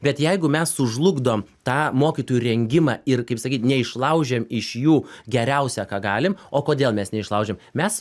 bet jeigu mes sužlugdom tą mokytojų rengimą ir kaip sakyt neišlaužiam iš jų geriausia ką galim o kodėl mes neišlaužiam mes